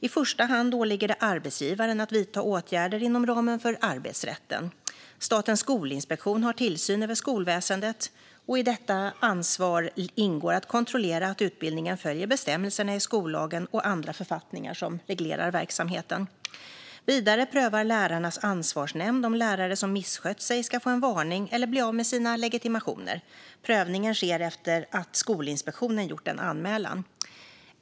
I första hand åligger det arbetsgivaren att vidta åtgärder inom ramen för arbetsrätten. Statens skolinspektion har tillsyn över skolväsendet, och i detta ansvar ingår att kontrollera att utbildningen följer bestämmelserna i skollagen och andra författningar som reglerar verksamheten. Vidare prövar Lärarnas ansvarsnämnd om lärare som misskött sig ska få en varning eller bli av med sina legitimationer. Prövningen sker efter att Skolinspektionen gjort en anmälan.